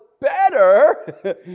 better